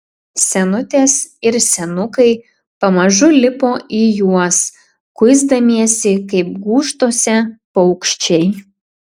senutės ir senukai pamažu lipo į juos kuisdamiesi kaip gūžtose paukščiai